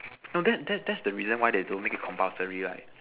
no that that that's the reason why they don't make it compulsory right